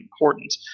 important